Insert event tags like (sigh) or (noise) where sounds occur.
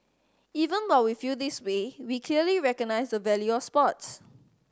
even (unintelligible) we feel this way we clearly recognise the value of sports